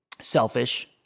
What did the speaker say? selfish